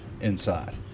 inside